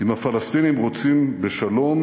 "אם הפלסטינים רוצים בשלום"